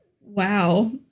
Wow